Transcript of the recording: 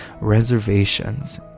Reservations